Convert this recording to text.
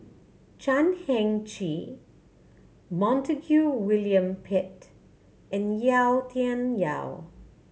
Chan Heng Chee Montague William Pett and Yau Tian Yau